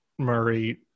Murray